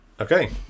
Okay